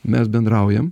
mes bendraujam